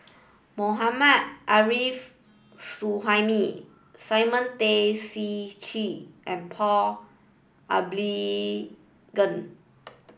Mohammad Arif Suhaimi Simon Tay Seong Chee and Paul Abisheganaden